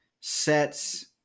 sets